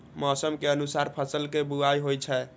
मौसम के अनुसार फसल के बुआइ होइ छै